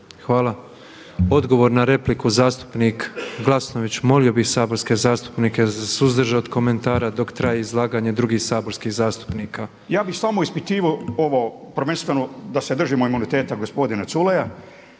Hvala. Odgovor na repliku zastupnik Glasnović. Molio bih saborske zastupnike za suzdržat komentara dok traje izlaganje drugih saborskih zastupnika. **Glasnović, Željko (Nezavisni)** Ja bi samo ispitivao ovo prvenstveno da se držimo imuniteta gospodina Culeja.